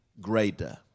greater